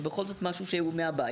ובכל זאת משהו שהוא מהבית,